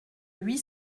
huit